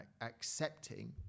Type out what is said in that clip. accepting